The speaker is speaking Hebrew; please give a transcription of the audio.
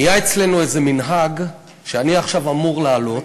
נהיה אצלנו איזה מנהג, שאני עכשיו אמור לעלות,